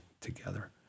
together